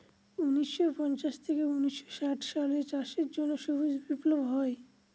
উনিশশো পঞ্চাশ থেকে উনিশশো ষাট সালে চাষের জন্য সবুজ বিপ্লব হয়